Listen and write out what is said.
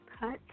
cut